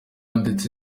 ndetse